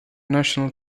national